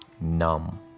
numb